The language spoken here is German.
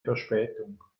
verspätung